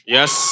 Yes